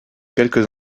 quelques